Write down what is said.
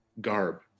garb